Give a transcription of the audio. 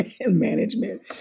management